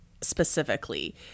specifically